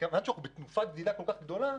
מכיוון שאנחנו בתנופת גדילה כל כך גדולה,